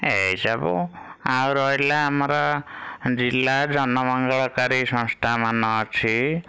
ଏହିସବୁ ଆଉ ରହିଲା ଆମର ଜିଲ୍ଲା ଜନ ମଙ୍ଗଳକାରୀ ସଂସ୍ଥା ମାନ ଅଛି